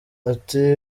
ati